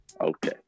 Okay